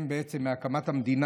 בעצם מהקמת המדינה.